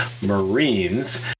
marines